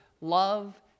love